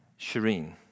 Shireen